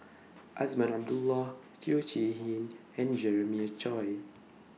Azman Abdullah Teo Chee Hean and Jeremiah Choy